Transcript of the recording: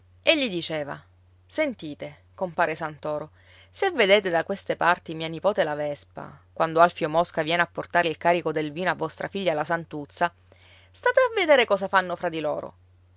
e gli diceva sentite compare santoro se vedete da queste parti mia nipote la vespa quando alfio mosca viene a portare il carico del vino a vostra figlia la santuzza state a vedere cosa fanno fra di loro